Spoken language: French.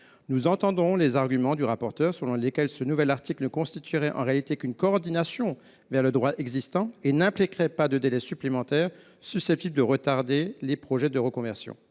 Nous entendons les arguments du rapporteur selon lesquels l’article 3 ne constituerait en réalité qu’une coordination avec le droit existant et n’impliquerait pas de délai supplémentaire susceptible de freiner les projets de reconversion